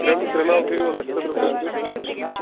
ترٛے ترٛےٚ ناوٕ کٔرِو حظ اَسہِ خٲطرٕ بُک بیٚیہِ